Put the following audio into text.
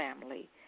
family